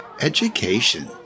education